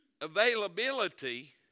availability